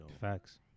Facts